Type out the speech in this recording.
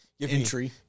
entry